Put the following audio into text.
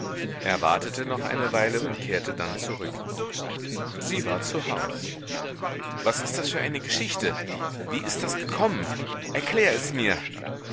wartete noch eine weile und kehrte dann zurück sie war zu haus was ist das für eine geschichte wie ist das gekommen erklär es mir